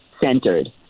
centered